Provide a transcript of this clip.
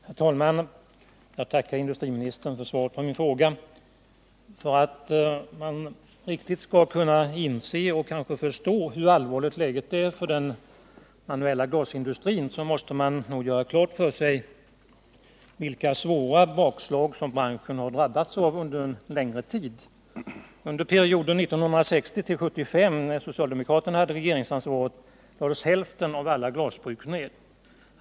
Herr talman! Jag tackar industriministern för svaret på min fråga. För att man riktigt skall kunna inse och förstå hur allvarligt läget är för den manuella glasindustrin, måste man nog göra klart för sig vilka svåra bakslag som branschen har drabbats av under en längre tid. Under perioden 1960-1975 — när socialdemokraterna hade regeringsansvaret — lades hälften av alla glasbruk ned.